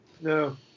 No